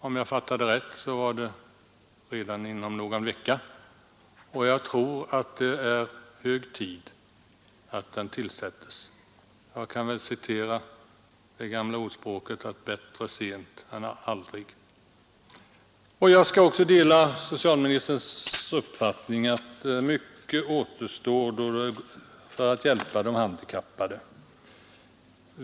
Om jag fattade rätt tillsätts gruppen redan inom någon vecka, och jag tror att det är hög tid att det sker — jag kan väl citera det gamla ordspråket: ”Bättre sent än aldrig.” Jag delar också socialministerns uppfatting att mycket återstår för att hjälpa de handikappade.